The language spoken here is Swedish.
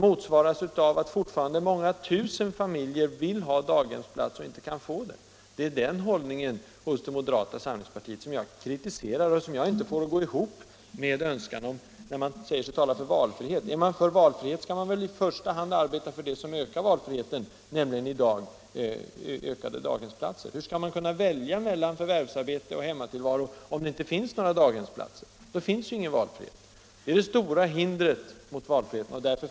Fortfarande är det många tusen familjer som vill ha daghemsplatser och inte kan få dem. Det är den hållningen hos moderata samlingspartiet som jag kritiserar och som jag inte får att gå ihop med att man säger sig tala för valfrihet. Är man för valfrihet, skall man väl i första hand arbeta för det som ökar valfriheten, nämligen i dag ett ökat antal daghemsplatser. Hur skall man kunna välja mellan förvärvsarbete och hemmatillvaro om det inte finns några daghemsplatser? Då finns ju ingen valfrihet. Det är det stora hindret mot valfriheten.